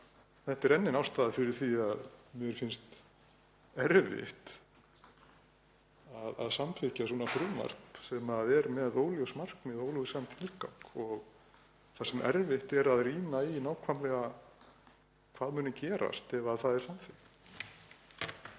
Þetta er enn ein ástæðan fyrir því að mér finnst erfitt að samþykkja svona frumvarp sem er með óljós markmið og óljósan tilgang og þar sem erfitt er að rýna í nákvæmlega hvað muni gerast ef það er samþykkt.